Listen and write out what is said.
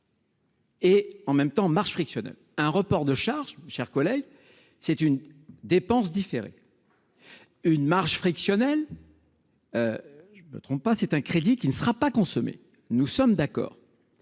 Et en même temps marche frictionnel un report de charges. Chers collègues, c'est une dépense différer. Une marge frictionnel. Je me trompe pas c'est un crédit qui ne sera pas consommer. Nous sommes d'accord.